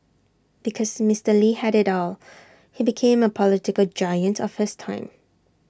because Mister lee had IT all he became A political giant of his time